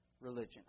religion